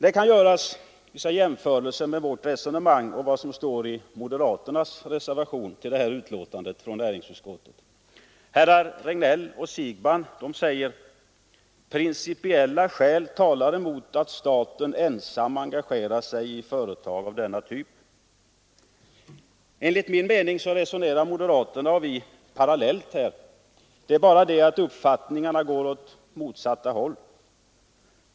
Det kan göras jämförelser mellan vårt resonemang och vad som står i moderaternas reservation till föreliggande betänkande från näringsutskottet. Herrar Regnéll och Siegbahn säger: Principella skäl talar emot att staten ensam engagerar sig i ett företag av denna typ. Enligt min mening resonerar moderaterna och vi parallellt här. Det är bara det att uppfattningarna går åt motsatt håll.